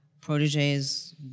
proteges